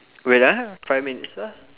wait ah five minutes ah